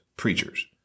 preachers